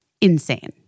insane